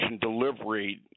delivery